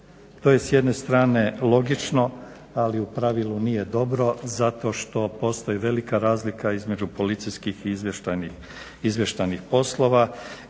To je s jedne strane logično, ali u pravilu nije dobro zato što postoji velika razlika između policijskih i izvještajnih poslova.